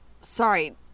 Sorry